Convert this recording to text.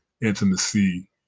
intimacy